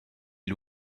les